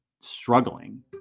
struggling